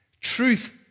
Truth